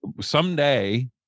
someday